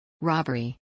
robbery